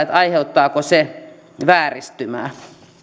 että aiheuttaako se vääristymää